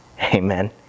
Amen